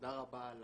תודה רבה על